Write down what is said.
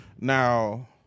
Now